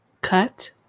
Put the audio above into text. cut